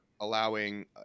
allowing